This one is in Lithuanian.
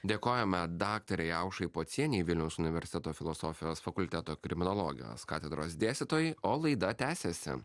dėkojame daktarei aušrai pocienei vilniaus universiteto filosofijos fakulteto kriminologijos katedros dėstytojai o laida tęsiasi